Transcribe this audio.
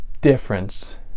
difference